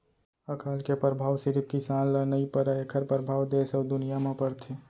अकाल के परभाव सिरिफ किसान ल नइ परय एखर परभाव देस अउ दुनिया म परथे